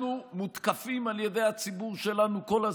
אנחנו מותקפים על ידי הציבור שלנו כל הזמן,